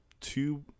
two